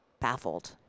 baffled